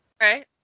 Right